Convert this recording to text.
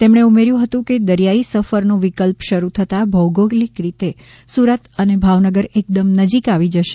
તેમણે ઉમેર્યું હતું કે દરિયાઈ સફરનો વિકલ્પ શરૂ થતાં ભૌગોલિક રીતે સુરત અને ભાવનગર એકદમ નજીક આવી જશે